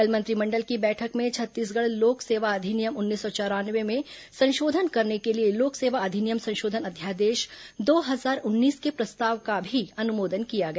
कल मंत्रिमंडल की बैठक में छत्तीसगढ़ लोक सेवा अधिनियम उन्नीस सौ चौरानवे में संशोधन करने के लिए लोक सेवा अधिनियम संशोधन अध्यादेश दो हजार उन्नीस के प्रस्ताव का भी अनुमोदन किया गया